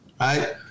Right